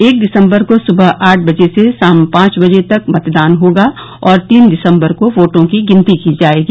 एक दिसम्बर को सुबह आठ बजे से सांय पांच बजे तक मतदान होगा और तीन दिसम्बर को वोटों की गिनती की जायेगी